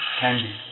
candy